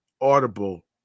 Audible